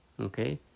Okay